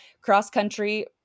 cross-country